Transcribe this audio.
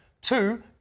Two